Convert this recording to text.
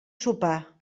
sopar